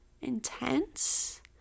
intense